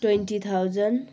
twenty thousand